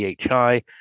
PHI